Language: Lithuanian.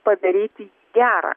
padaryti gerą